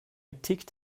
ticked